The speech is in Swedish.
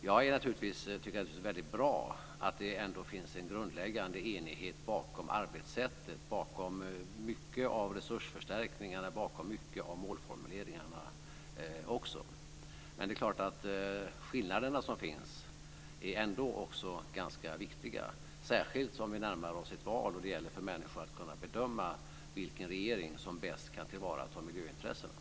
Jag tycker naturligtvis att det är väldigt bra att det ändå finns en grundläggande enighet bakom arbetssättet, bakom mycket av resursförstärkningarna och målformuleringarna. Men det är klart att skillnaderna som finns är ändå ganska viktiga, särskilt eftersom vi närmar oss ett val och det då gäller för människor att kunna bedöma vilken regering som bäst kan tillvarata miljöintressena.